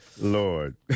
Lord